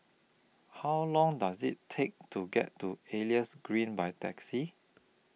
How Long Does IT Take to get to Elias Green By Taxi